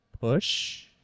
Push